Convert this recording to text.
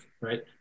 right